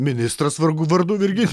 ministras vargu vardu virgi